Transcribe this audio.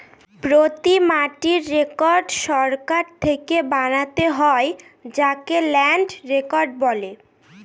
প্রতি মাটির রেকর্ড সরকার থেকে বানাতে হয় যাকে ল্যান্ড রেকর্ড বলে